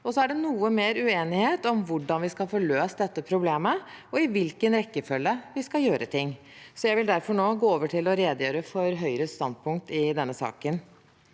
Det er noe mer uenighet om hvordan vi skal få løst dette problemet, og i hvilken rekkefølge vi skal gjøre ting. Jeg vil derfor nå gå over til å redegjøre for Høyres standpunkt i denne saken.